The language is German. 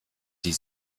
die